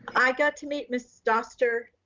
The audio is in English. i got to meet ms. doster